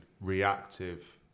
reactive